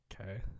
Okay